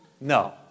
No